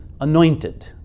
anointed